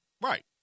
Right